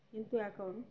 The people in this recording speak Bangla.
কিন্তু এখন